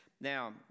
now